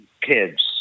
kids